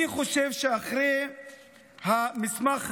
אני חושב שאחרי המסמך הזה,